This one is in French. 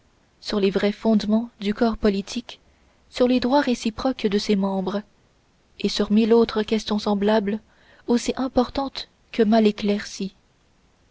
sur les vrais fondements du corps politique sur les droits réciproques de ses membres et sur mille autres questions semblables aussi importantes que mal éclaircies